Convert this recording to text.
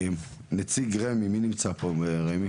נציג רמ"י, מי נמצא פה ברמ"י?